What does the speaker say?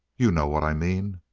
you know what i mean?